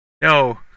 No